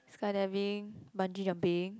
skydiving bungee jumping